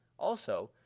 also,